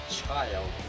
child